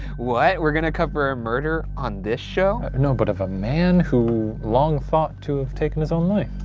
what? we're gonna cover a murder on this show? no, but of a man who long thought to have taken his own life.